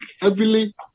heavily